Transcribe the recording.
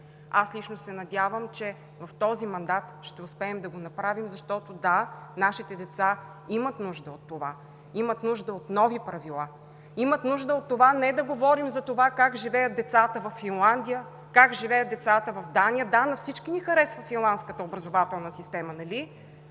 Аз лично се надявам, че в този мандат ще успеем да го направим, защото – да, нашите деца имат нужда от това, имат нужда от нови правила, имат нужда от това не да говорим за това как живеят децата във Финландия, как живеят децата в Дания. Да, на всички ни харесва финландската образователна система, нали?!